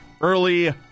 early